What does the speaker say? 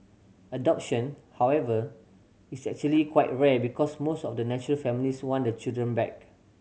adoption however is actually quite rare because most of the natural families want the children back